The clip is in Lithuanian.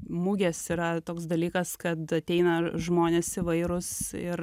mugės yra toks dalykas kad ateina žmonės įvairūs ir